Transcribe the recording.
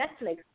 Netflix